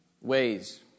ways